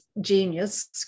genius